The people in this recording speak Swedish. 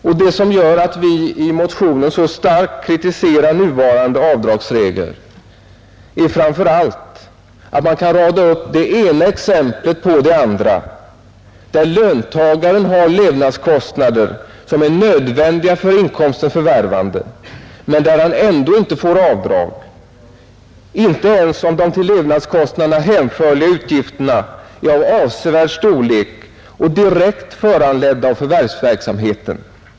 Och det som gör att vi i motionen starkt kritiserar nuvarande avdragsregler är framför allt att man kan rada upp det ena exemplet efter det andra där löntagaren har levnadskostnader som är nödvändiga för inkomstens förvärvande men där han ändå inte får avdrag, inte ens om de till levnadskostnaderna hänförliga utgifterna är av avsevärd storlek och direkt föranledda av förvärvsverksamheten.